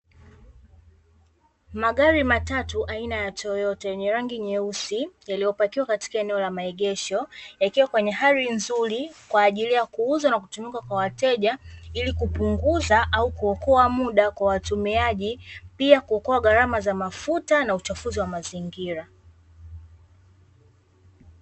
Magari matatu aina ya Toyota yenye rangi nyeusi yaliyopakiwa katika eneo la maegesho, yakiwa kwenye hali nzuri kwa ajili ya kuuzwa na kutumika kwa wateja ili kupunguza au kuokoa muda kwa watumiaji, pia kuokoa gharama za mafuta na uchafuzi wa mazingira.